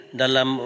dalam